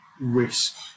risk